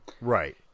Right